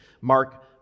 Mark